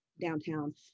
downtown